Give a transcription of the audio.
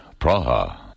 Praha